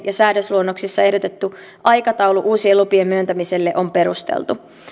ja säädösluonnoksissa ehdotettu aikataulu uusien lupien myöntämiselle on perusteltu